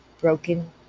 broken